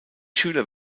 schüler